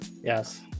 Yes